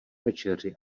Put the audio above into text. večeři